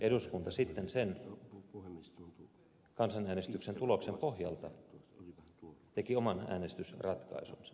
eduskunta sitten sen kansanäänestyksen tuloksen pohjalta teki oman äänestysratkaisunsa